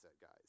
guys